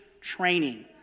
training